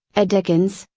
a dickens,